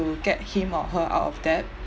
get him or her out of debt